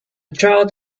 child